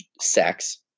sex